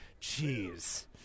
Jeez